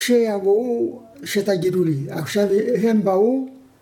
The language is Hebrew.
‫שיבואו, שתגידו לי, עכשיו הם באו.